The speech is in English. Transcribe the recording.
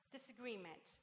disagreement